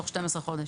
בתוך 12 חודשים.